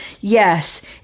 Yes